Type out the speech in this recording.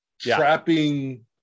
trapping